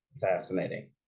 fascinating